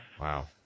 Wow